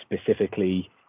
specifically